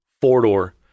four-door